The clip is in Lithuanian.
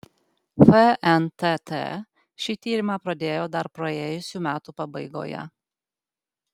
fntt šį tyrimą pradėjo dar praėjusių metų pabaigoje